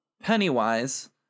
Pennywise